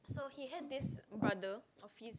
so he has this brother of his